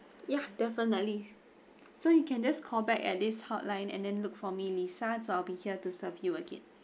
ya definitely so you can just call back at this hotline and then look for me lisa I'll be here to serve you again